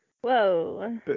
Whoa